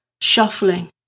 shuffling